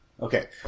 Okay